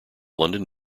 london